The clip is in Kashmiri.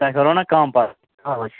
تۄہہِ کَرہو نا کَم پَتہٕ